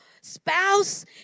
spouse